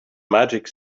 magic